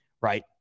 right